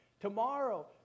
Tomorrow